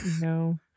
No